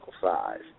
size